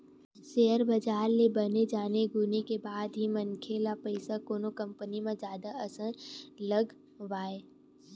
share बजार ल बने जाने गुने के बाद ही मनखे ल पइसा कोनो कंपनी म जादा असन लगवाय